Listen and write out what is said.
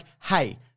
hey